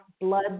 blood